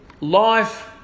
life